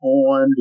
on